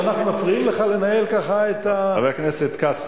אנחנו מפריעים לך לנהל ככה את --- חבר הכנסת כץ,